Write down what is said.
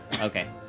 okay